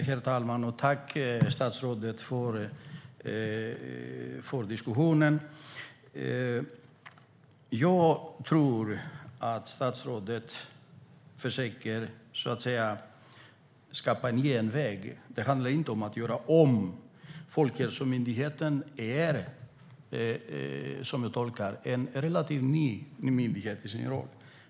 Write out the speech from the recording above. Herr talman! Tack, statsrådet, för diskussionen! Jag tror att statsrådet försöker skapa en genväg. Det handlar inte om att göra om det. Som jag tolkar det är Folkhälsomyndigheten relativt ny i sin roll.